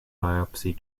biopsy